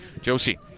Josie